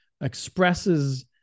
expresses